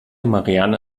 marianne